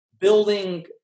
building